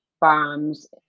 bombs